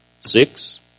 six